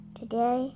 today